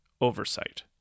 oversight